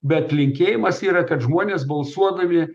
bet linkėjimas yra kad žmonės balsuodami